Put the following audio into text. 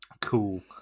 cool